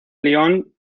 lyon